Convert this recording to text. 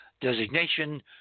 designation